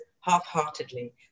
half-heartedly